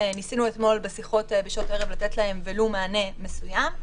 ניסינו אתמול בשיחות בשעות הערב לתת להם ולו מענה מסוים,